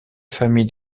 famille